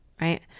right